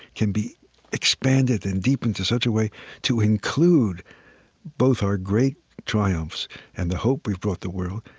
can be expanded and deepened to such a way to include both our great triumphs and the hope we brought the world,